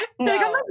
No